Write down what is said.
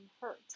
hurt